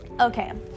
okay